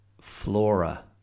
flora